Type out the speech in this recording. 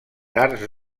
arts